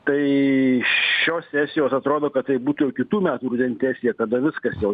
tai šios sesijos atrodo kad tai būtų jau kitų metų rudens sesija kada viskas jau